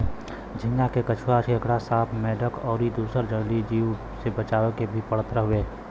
झींगा के कछुआ, केकड़ा, सांप, मेंढक अउरी दुसर जलीय जीव से बचावे के भी पड़त हवे